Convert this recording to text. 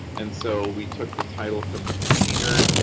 and so we took the title from the container,